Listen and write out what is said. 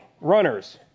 Runners